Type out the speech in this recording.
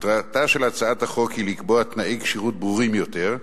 מטרתה של הצעת החוק היא לקבוע תנאי כשירות ברורים יותר,